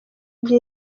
ibyo